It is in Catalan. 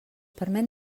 permet